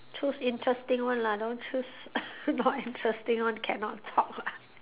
choose interesting one lah don't choose not interesting one cannot talk lah